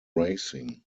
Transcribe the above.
racing